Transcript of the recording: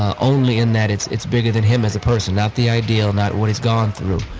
ah only in that it's, it's bigger than him as a person, not the ideal, not what he's gone through.